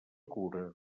cura